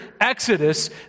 exodus